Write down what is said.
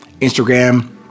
instagram